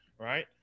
Right